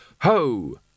Ho